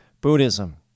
Buddhism